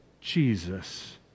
Jesus